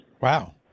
Wow